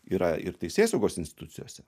yra ir teisėsaugos institucijose